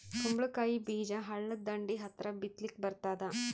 ಕುಂಬಳಕಾಯಿ ಬೀಜ ಹಳ್ಳದ ದಂಡಿ ಹತ್ರಾ ಬಿತ್ಲಿಕ ಬರತಾದ?